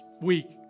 week